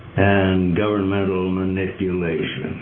and governmental manipulation.